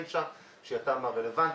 שהיא התמ"א הרלוונטית,